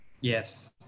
Yes